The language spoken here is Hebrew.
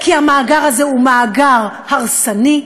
כי המאגר הזה הוא מאגר הרסני,